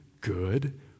good